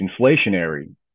inflationary